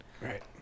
Right